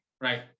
right